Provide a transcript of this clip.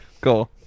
cool